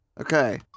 Okay